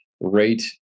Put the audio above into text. rate